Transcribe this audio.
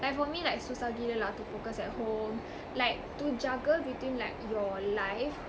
like for me like susah gila lah to focus at home like to juggle between like your life